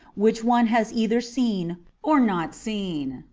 which one has either seen or not seen.